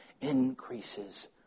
increases